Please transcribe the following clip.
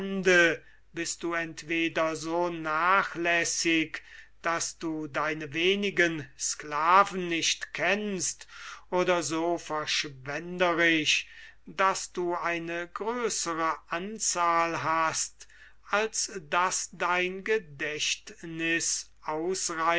bist du entweder so nachlässig daß du deine wenigen sklaven nicht kennst oder so verschwenderisch daß du eine größere anzahl hast als daß dein gedächtniß